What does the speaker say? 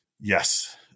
Yes